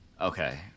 Okay